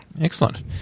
excellent